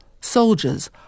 soldiers